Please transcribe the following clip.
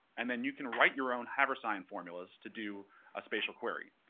and then you can write your own habersign formulas to do a spatial query,